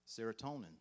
serotonin